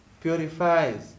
purifies